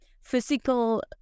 physical